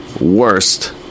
worst